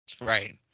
Right